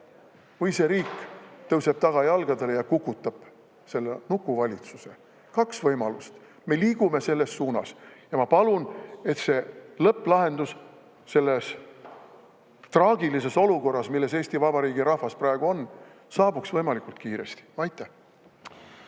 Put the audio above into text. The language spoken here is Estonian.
või see riik tõuseb tagajalgadele ja kukutab selle nukuvalitsuse. Kaks võimalust! Me liigume selles suunas. Ma palun, et see lõpplahendus selles traagilises olukorras, milles Eesti Vabariigi rahvas praegu on, saabuks võimalikult kiiresti. Aitäh!